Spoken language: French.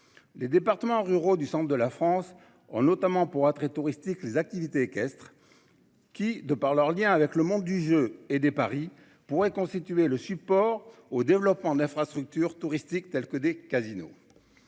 Les départements ruraux du centre de la France ont notamment pour attrait touristique les activités équestres. Qui de par leur lien avec le monde du jeu et des paris Point constituer le support au développement d'infrastructures touristiques telles que des casinos.